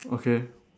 okay